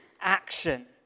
action